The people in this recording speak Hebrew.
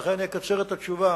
ולכן אני אקצר את התשובה